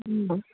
ꯎꯝ